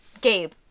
gabe